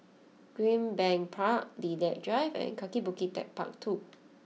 Greenbank Park Lilac Drive and Kaki Bukit Techpark II